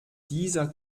dieser